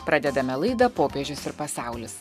pradedame laida popiežius ir pasaulis